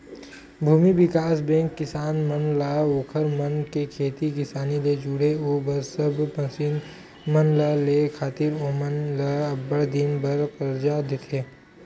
भूमि बिकास बेंक किसान मन ला ओखर मन के खेती किसानी ले जुड़े ओ सब मसीन मन ल लेय खातिर ओमन ल अब्बड़ दिन बर करजा देथे